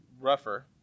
rougher